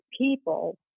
people